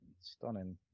stunning